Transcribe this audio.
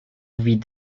vit